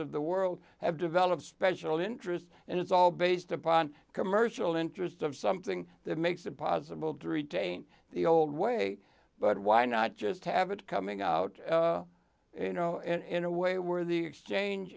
of the world have developed special interest and it's all based upon commercial interests of something that makes it possible to retain the old way but why not just have it coming out you know in a way where the exchange